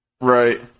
Right